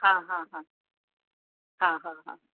हा हा हा हा हा हा